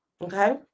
Okay